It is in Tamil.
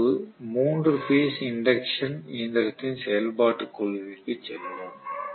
இப்போது 3 பேஸ் இண்டக்ஷன் இயந்திரத்தின் செயல்பாட்டுக் கொள்கைக்குச் செல்வோம்